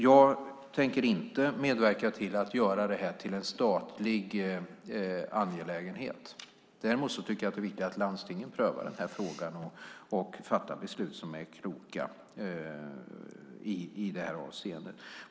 Jag tänker inte medverka till att göra det här till en statlig angelägenhet. Däremot tycker jag att det är viktigt att landstingen prövar den här frågan och fattar beslut som är kloka i det här avseendet.